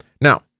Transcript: Now